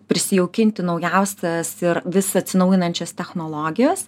prisijaukinti naujausias ir vis atsinaujinančias technologijos